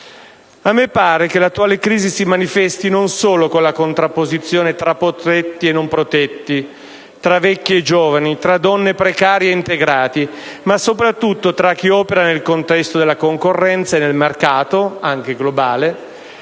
A me pare che l'attuale crisi si manifesti non solo con la contrapposizione tra protetti e non protetti, tra vecchi e giovani, tra donne e precari e integrati, ma sopratutto tra chi opera nel contesto della concorrenza e nel mercato (anche globale),